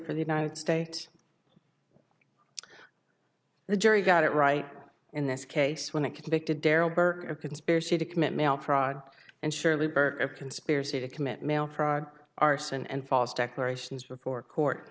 for the united states the jury got it right in this case when it convicted darryl burke of conspiracy to commit mail fraud and surely a conspiracy to commit mail fraud arson and false declarations before court